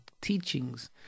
teachings